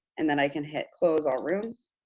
and then i can hit close all rooms.